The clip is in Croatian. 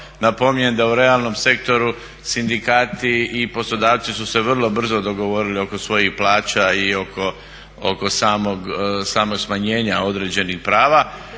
Napominjem da u realnom sektoru sindikati i poslodavci su se vrlo brzo dogovorili oko svojih plaća i oko samog smanjenja određenih prava.